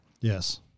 Yes